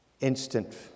Instant